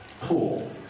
pool